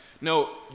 No